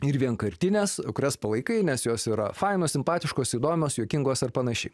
ir vienkartinės kurias palaikai nes jos yra fainos simpatiškos įdomios juokingos ar pan